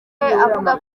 avuga